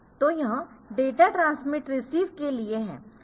तो यह data transmit receive के लिए है